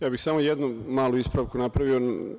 Ja bih samo jednu malu ispravku napravio.